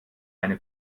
eine